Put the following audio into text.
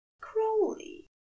Crowley